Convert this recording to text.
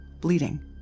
bleeding